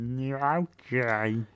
Okay